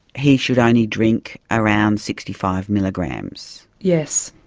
he should only drink around sixty five milligrams. yes.